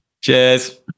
Cheers